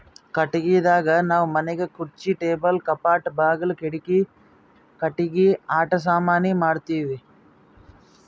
ಕಟ್ಟಿಗಿದಾಗ್ ನಾವ್ ಮನಿಗ್ ಖುರ್ಚಿ ಟೇಬಲ್ ಕಪಾಟ್ ಬಾಗುಲ್ ಕಿಡಿಕಿ ಕಟ್ಟಿಗಿ ಆಟ ಸಾಮಾನಿ ಮಾಡ್ತೀವಿ